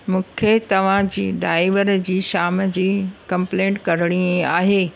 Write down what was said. मूंखे तव्हांजे ड्राइवर जी शाम जी कंप्लेंट करणी आहे